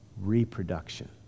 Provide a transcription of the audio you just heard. reproduction